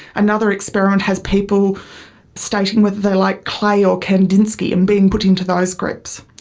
another experiment has people stating whether they like klee or kandinsky and being put into those groups.